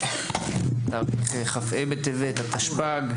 כ"ה בטבת התשפ"ג,